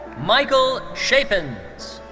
michael schepens.